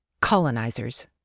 colonizers